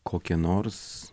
kokie nors